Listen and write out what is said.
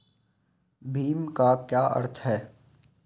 भीम का क्या अर्थ है?